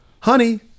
honey